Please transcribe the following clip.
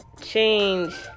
change